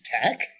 Tech